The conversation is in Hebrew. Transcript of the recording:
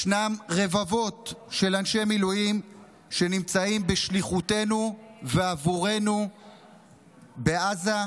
ישנם רבבות אנשי מילואים שנמצאים בשליחותנו ועבורנו בעזה,